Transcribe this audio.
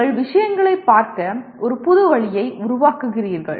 நீங்கள் விஷயங்களைப் பார்க்க ஒரு புதிய வழியை உருவாக்குகிறீர்கள்